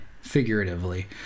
figuratively